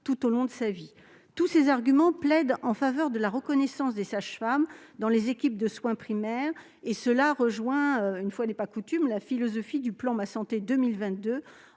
tout au long de sa vie. Tous ces arguments plaident en faveur de la reconnaissance des sages-femmes dans les équipes de soins primaires. Cette mesure rejoint- une fois n'est pas coutume ! -la philosophie du plan Ma santé 2022,